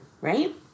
right